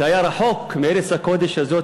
שהיה רחוק מארץ הקודש הזאת,